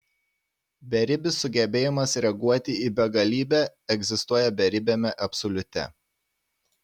beribis sugebėjimas reaguoti į begalybę egzistuoja beribiame absoliute